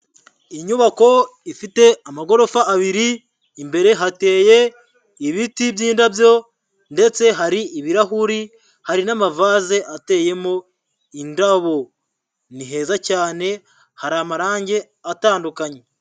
Inyubako ifite amagorofa abiri, imbere hateye ibiti by'indabyo ndetse hari ibirahuri, hari n'amavase ateyemo indabo, ni heza cyane, hari amarangi atandukanye.